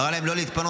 קרא להם לא להתפנות,